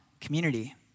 community